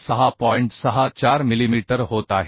64 millimetre होत आहे